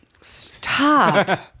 Stop